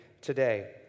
today